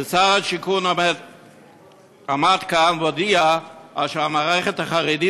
ושר השיכון עמד כאן והודיע שהמערכת החרדית